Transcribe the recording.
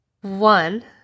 One